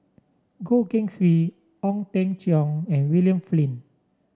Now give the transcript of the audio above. Goh Keng Swee Ong Teng Cheong and William Flint